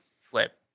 flip